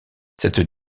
cette